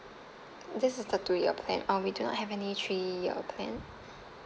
this is a two year plan um we do not have any three year plan